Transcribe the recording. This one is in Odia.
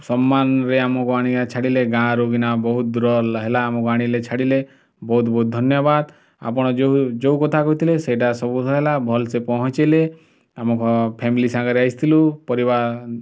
ସମ୍ମାନରେ ଆମକୁ ଆଣିକିନା ଛାଡ଼ିଲେ ଗାଁରୁ କିନା ବହୁତ ଦୂର ହେଲା ଆମକୁ ଆଣିଲେ ଛାଡ଼ିଲେ ବହୁତ ବହୁତ ଧନ୍ୟବାଦ ଆପଣ ଯେଉଁ ଯେଉଁ କଥା କହିଥିଲେ ସେଇଟା ସବୋଧ ହେଲା ଭଲ ସେ ପହଞ୍ଚିଲେ ଆମ ଫ୍ୟାମିଲି ସାଙ୍ଗରେ ଆସିଥିଲୁ ପରିବା